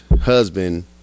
husband